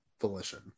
volition